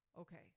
okay